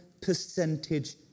percentage